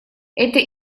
это